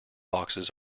boxes